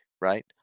right